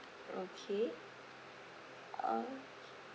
okay uh